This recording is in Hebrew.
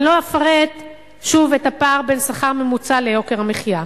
אני לא אפרט שוב את הפער בין השכר הממוצע ליוקר המחיה.